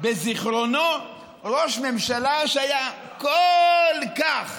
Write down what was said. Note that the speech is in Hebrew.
בזיכרונו ראש ממשלה שהיה כל כך